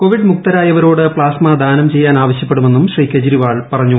Covid മുക്തരായവരോട് plasma ദാനം ചെയ്യാൻ ആവശ്യപ്പെടുമെന്നും ശ്രീ കെജ്രിവാൾ പറഞ്ഞു